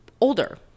older